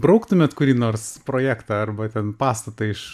brauktumėt kurį nors projektą arba ten pastatą iš